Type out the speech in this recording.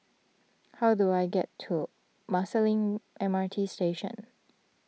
how do I get to Marsiling M R T Station